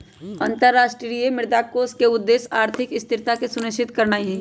अंतरराष्ट्रीय मुद्रा कोष के उद्देश्य आर्थिक स्थिरता के सुनिश्चित करनाइ हइ